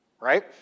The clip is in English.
right